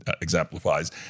exemplifies